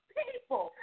people